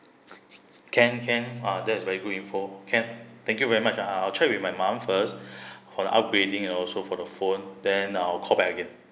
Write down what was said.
can can ah that's very good info can thank you very much ah I'll check with my mum first for the upgrading and also for the phone then I'll call back again